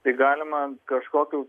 tai galima kažkokių